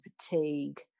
fatigue